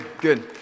good